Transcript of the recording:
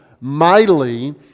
mightily